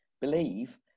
believe